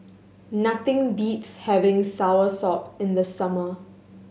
nothing beats having soursop in the summer